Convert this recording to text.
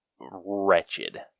wretched